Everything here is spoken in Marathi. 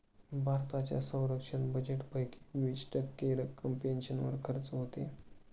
भारताच्या संरक्षण बजेटपैकी वीस टक्के रक्कम पेन्शनवर खर्च होते